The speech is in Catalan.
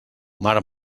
mar